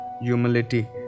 humility